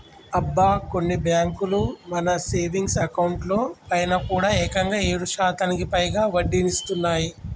అబ్బా కొన్ని బ్యాంకులు మన సేవింగ్స్ అకౌంట్ లో పైన కూడా ఏకంగా ఏడు శాతానికి పైగా వడ్డీనిస్తున్నాయి